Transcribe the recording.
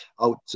out